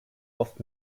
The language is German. oft